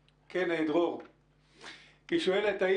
שוב, אני